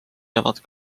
jäävad